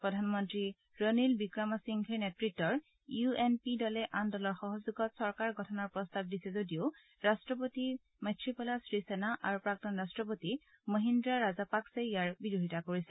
প্ৰধানমন্তী ৰণীল বিক্ৰমাসিংঘেৰ নেতৃত্ব ইউ এন পি দলে আন দলৰ সহযোগত চৰকাৰ গঠনৰ প্ৰস্তাৱ দিছে যদিও ৰাট্টপতি মৈয়ীপালা শ্ৰীসেনা আৰু প্ৰাক্তন ৰাট্টপতি মহিদ্ৰা ৰাজা পাকছে ইয়াৰ বিৰোধিতা কৰিছে